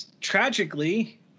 tragically